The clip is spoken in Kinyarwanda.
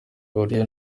bihuriye